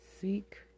Seek